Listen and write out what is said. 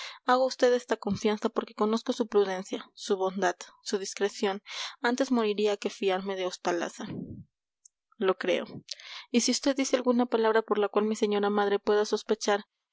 hago a vd esta confianza porque conozco su prudencia su bondad su discreción antes moriría que fiarme de ostalaza lo creo y si usted dice alguna palabra por la cual mi señora madre pueda sospechar